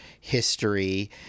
history